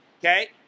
Okay